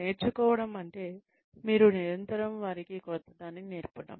నేర్చుకోవడం అంటే మీరు నిరంతరం వారికి క్రొత్తదాన్ని నేర్పుతారు